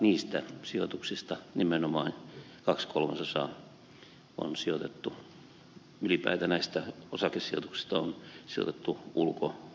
niistä sijoituksista nimenomaan kaksi kolmasosaa ylipäätään näistä osakesijoituksista on sijoitettu ulkomaille